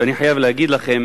ואני חייב להגיד לכם